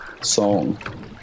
song